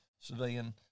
civilian